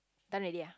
done already ah